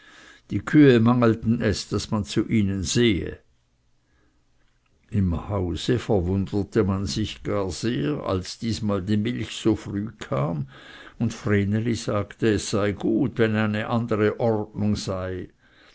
die kühe mangelten es daß man gut zu ihnen sehe im hause verwunderte man sich gar sehr als diesmal die milch so früh kam und vreneli sagte es sei gut wenn es eine andere ordnung gebe